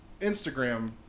Instagram